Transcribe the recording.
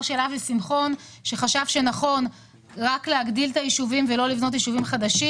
של אבי שמחון שחשב שנכון רק להגדיל את היישובים ולא לבנות חדשים.